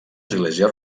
església